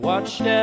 Watched